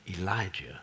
Elijah